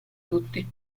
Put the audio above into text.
tutti